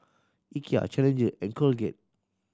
Ikea Challenger and Colgate